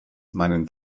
meinen